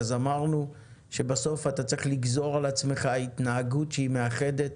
אמרנו שבסוף אתה צריך לגזור על עצמך התנהגות שהיא מאחדת,